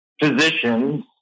physicians